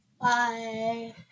Bye